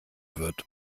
wird